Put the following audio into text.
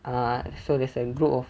err so there's a group of